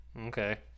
Okay